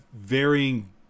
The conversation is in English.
varying